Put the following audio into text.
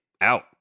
out